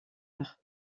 heure